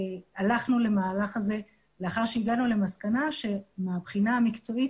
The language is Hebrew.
הלכנו למהלך הזה לאחר שהגענו למסקנה שמהבחינה המקצועית,